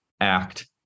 act